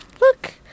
Look